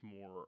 more